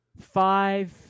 Five